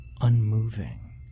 unmoving